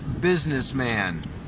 businessman